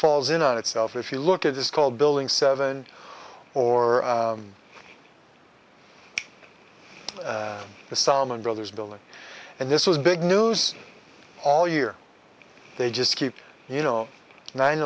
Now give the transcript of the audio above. falls in on itself if you look at this called building seven or the salomon brothers building and this was big news all year they just keep you know nine